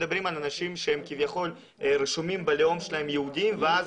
אבל אנחנו מדברים על אנשים שהם כביכול רשומים בלאום שלהם יהודים ואז